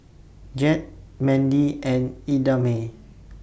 Jett Mendy and Idamae